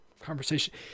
conversation